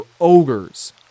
ogres